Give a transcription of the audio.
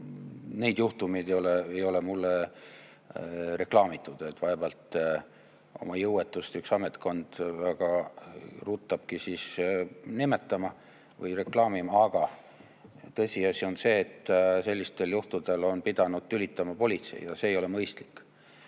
neid juhtumeid ei ole mulle reklaamitud. Vaevalt oma jõuetust üks ametkond väga ruttabki nimetama või reklaamima. Aga tõsiasi on see, et sellistel juhtudel on pidanud tülitama politsei ja see ei ole mõistlik.